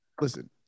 Listen